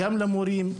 למורים,